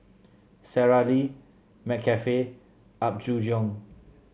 Sara Lee McCafe Apgujeong